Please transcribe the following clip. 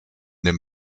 den